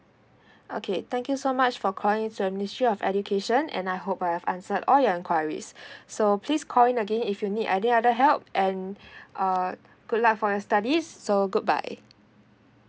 okay thank you so much for calling the ministry of education and I hope I have answered all your enquiries so please call in again if you need any other help and uh good luck for your studies so goodbye